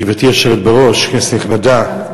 גברתי היושבת בראש, כנסת נכבדה,